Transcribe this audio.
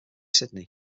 sydney